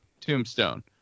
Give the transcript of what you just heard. Tombstone